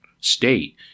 state